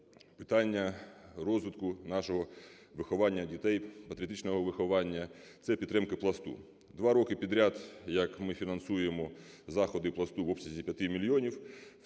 питання розвитку нашого виховання дітей, патріотичного виховання. Це підтримка "Пласту". Два роки підряд, як ми фінансуємо заходи "Пласту" в обсязі 5 мільйонів.